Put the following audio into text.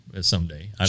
someday